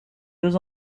deux